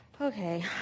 Okay